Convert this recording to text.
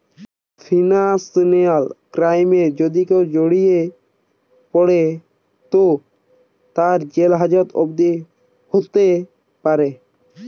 financial ক্রাইমে যদি কেও জড়িয়ে পড়ে তো তার জেল হাজত অবদি হোতে পারে